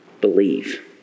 Believe